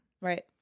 Right